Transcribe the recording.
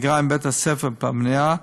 בית-הספר והפנימייה.